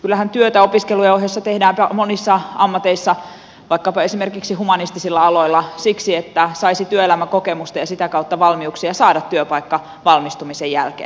kyllähän työtä opiskelujen ohessa tehdään monissa ammateissa esimerkiksi humanistisilla aloilla siksi että saisi työelämäkokemusta ja sitä kautta valmiuksia saada työpaikka valmistumisen jälkeen